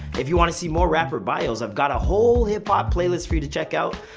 if you want to see more rapper bios, i've got a whole hip hop playlist for you to check out.